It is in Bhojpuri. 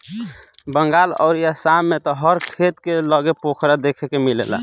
बंगाल अउरी आसाम में त हर खेत के लगे पोखरा देखे के मिलेला